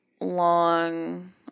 long